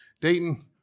Dayton